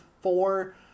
four